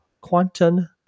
Quantum